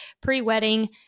pre-wedding